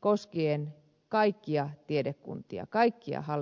koskien kaikkia tiedekuntia kaikkia hallintoaloja